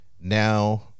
now